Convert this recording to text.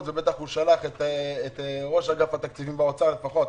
ובטח הוא שלח את ראש אגף התקציבים באוצר לפחות,